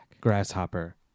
Grasshopper